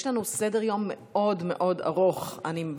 יש לנו סדר-יום ארוך מאוד מאוד.